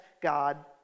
God